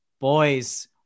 Boys